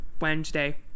Wednesday